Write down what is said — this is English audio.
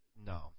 no